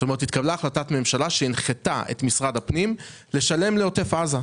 התקבלה החלטת ממשלה שהנחתה את משרד הפנים לשלם לעוטף עזה.